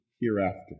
hereafter